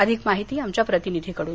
अधिक माहिती आमच्या प्रतिनिधीकडून